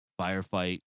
Firefight